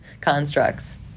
constructs